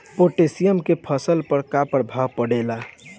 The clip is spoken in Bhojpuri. पोटेशियम के फसल पर का प्रभाव पड़ेला?